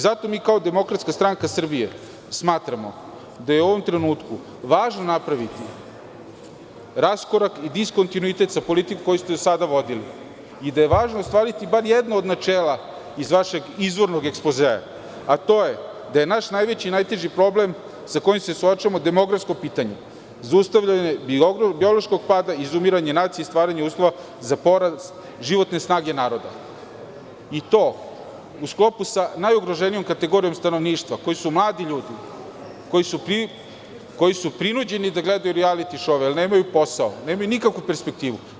Zato mi kao DSS smatramo da je u ovom trenutku važno napraviti raskorak i diskontinuitet sa politikom koju ste do sada vodili i da je važno ostvariti bar jedno od načela iz vašeg izvornog ekspozea, a to je da je naš najveći i najteži problem sa kojim se suočavamo demografsko pitanje, zaustavljanje biološkog pada, izumiranja nacije i stvaranja uslova za porast životne snage naroda, i to u sklopu sa najugroženijom kategorijom stanovništva, koji su mladi ljudi, koji su prinuđeni da gledaju rijaliti šou jer nemaju posao, nemaju nikakvu perspektivu.